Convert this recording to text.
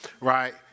right